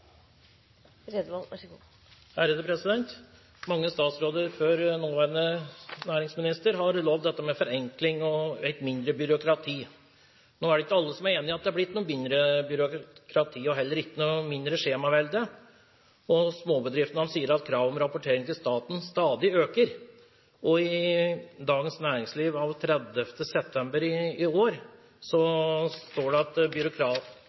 det ikke alle som er enig i at det er blitt noe mindre byråkrati og heller ikke noe mindre skjemavelde. Småbedriftene sier at kravet om rapportering til staten stadig øker. I Dagens Næringsliv den 30. september i år står det at byråkratiet blir stadig verre. En undersøkelse viser at 32 pst. av bedriftene bruker mer tid på skjemavelde i dag, og det er kun 3 pst. som bruker mindre tid. Samtidig sies det at